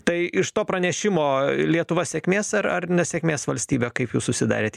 tai iš to pranešimo lietuva sėkmės ar ar nesėkmės valstybė kaip jūs susidarėt